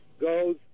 goes